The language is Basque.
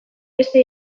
beste